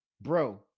bro